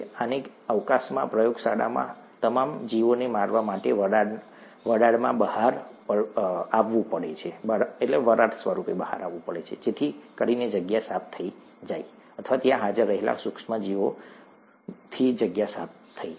આને અવકાશમાં પ્રયોગશાળામાં તમામ જીવોને મારવા માટે વરાળમાં બહાર આવવું પડશે જેથી કરીને જગ્યા સાફ થઈ જાય અથવા ત્યાં હાજર રહેલા આ સૂક્ષ્મ જીવોથી જગ્યા સાફ થઈ જાય